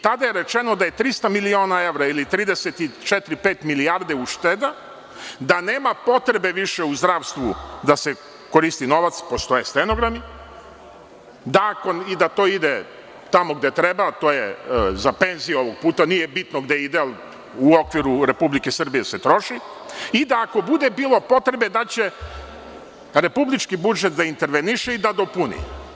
Tada je rečeno da je 300 miliona evra, ili 34 ili 35 milijarde ušteda, da nema potrebe više u zdravstvu da se koristi novac, postoje stenogrami, da to ide tamo gde treba, to je za penzije ovoga puta, mada nije ni bitno gde ide, troši se u okviru Republike Srbije i da ako bude bilo potrebe da će republički budžet da interveniše i da dopuni.